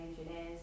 engineers